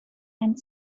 and